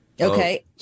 Okay